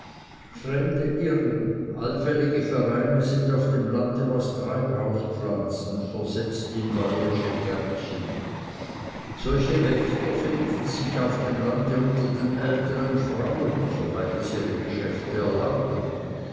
fremde irren allfällige vereine sind auf dem lande was treibhauspflanzen versetzt in bäuerische gärtchen solche wächter finden sich auf dem lande unter den älteren frauen soweit es ihre geschäfte erlauben